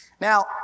Now